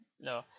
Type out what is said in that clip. no